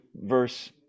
verse